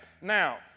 Now